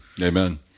Amen